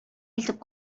илтеп